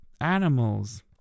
animals